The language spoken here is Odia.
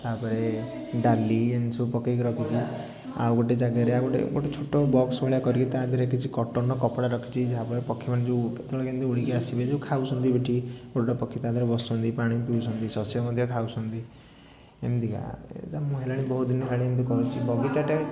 ତା'ପରେ ଡାଲି ଏମିତି ସବୁ ପକେଇକି ରଖିଛି ଆଉ ଗୋଟେ ଜାଗାରେ ଆଉ ଗୋଟେ ଗୋଟେ ଛୋଟ ବକ୍ସ ଭଳିଆ କରିକି ତା' ଦେହରେ କିଛି କଟନର କପଡ଼ା ରଖିଛି ଯାହାଫଳରେ ପକ୍ଷୀମାନେ ଯେଉଁ କେତେବେଳେ କେମିତି କ'ଣ ଉଡ଼ିକରି ଆସିବେ ଖାଉଛନ୍ତି ଏଇଠି ଗୋଟେ ପକ୍ଷୀ ତା' ଦେହରେ ବସୁଛନ୍ତି ପାଣି ପିଉଛନ୍ତି ଶସ୍ୟ ମଧ୍ୟ ଖାଉଛନ୍ତି ଏମିତିକା ଏଇତ ମୁଁ ହେଲାଣି ବହୁତ ଦିନ ହେଲାଣି ମୁଁ ଏମିତି କରୁଛି ବଗିଚାଟା